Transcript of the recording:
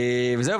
זהו,